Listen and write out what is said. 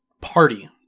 party